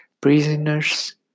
Prisoners